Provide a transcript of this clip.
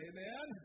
Amen